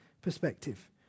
perspective